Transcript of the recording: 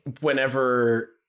whenever